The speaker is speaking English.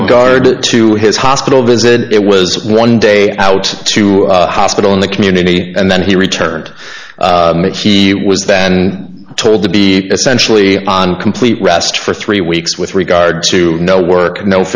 regard to his hospital visit it was one day out to a hospital in the community and then he returned it he was then told to be essentially on complete rest for three weeks with regard to no work no